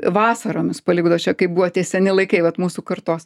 vasaromis palikdavo čia kai buvo tie seni laikai vat mūsų kartos